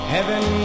Heaven